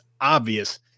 obvious